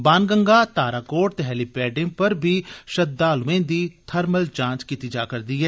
बानगंगा ताराकोट ते हेलीपैड पर बी श्रद्दालुएं दी थमंल जांच कीती जारदी ऐ